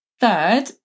Third